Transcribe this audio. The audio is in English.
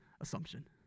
assumption